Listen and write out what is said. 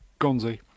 Gonzi